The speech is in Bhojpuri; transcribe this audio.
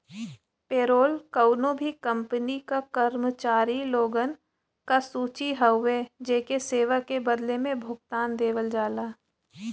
पेरोल कउनो भी कंपनी क कर्मचारी लोगन क सूची हउवे जेके सेवा के बदले में भुगतान देवल जाला